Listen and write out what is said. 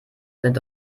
sind